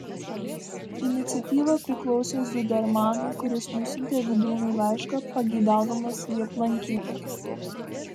iniciatyva priklausė zudermanui kuris nusiuntė vydūnui laišką pageidaudamas jį aplankyti